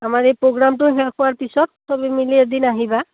আমাৰ এই প্ৰগ্ৰামটো শেষ হোৱাৰ পিছত চবেই মিলি এদিন আহিবা